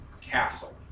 castle